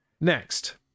Next